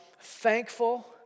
thankful